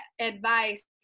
advice